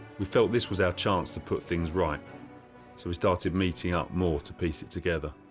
we felt this was our chance to put things right. so we started meeting up more to piece it together.